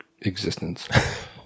existence